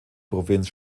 provinz